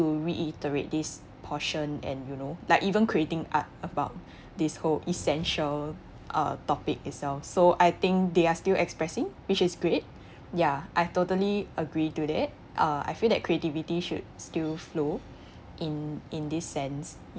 to reiterate this portion and you know like even creating art about this whole essential uh topic itself so I think they are still expressing which is great ya I totally agree to that uh I feel that creativity should still flow in in this sense